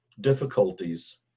difficulties